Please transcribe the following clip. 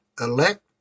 elect